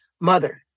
mother